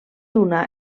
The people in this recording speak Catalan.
una